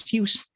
use